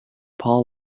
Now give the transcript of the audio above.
paul